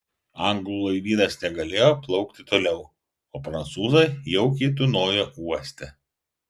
anglų laivynas negalėjo plaukti toliau o prancūzai jaukiai tūnojo uoste